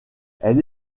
elle